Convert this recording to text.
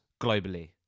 globally